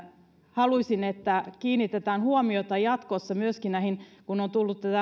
haluaisin että kiinnitetään huomiota jatkossa myöskin näihin kun on tullut tätä